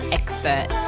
expert